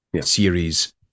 series